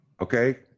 Okay